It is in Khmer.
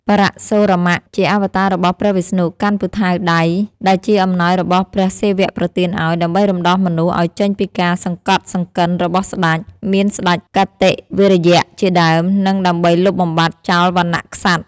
បរសុរាម ជាអវតាររបស់ព្រះវិស្ណុកាន់ពូថៅដៃ ដែលជាអំណោយរបស់ព្រះសិវៈប្រទានឱ្យ ដើម្បីរំដោះមនុស្សឱ្យចេញពីការសង្កត់សង្កិនរបស់ស្តេច មានស្តេចកាតិវិរយៈជាដើម និងដើម្បីលុបបំបាត់ចោលវណ្ណៈក្សត្រ។